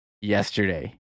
yesterday